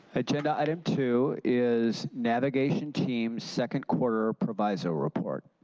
agenda item two is navigation team second quarter proviso report.